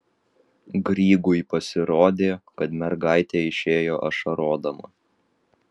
grygui pasirodė kad mergaitė išėjo ašarodama